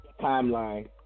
Timeline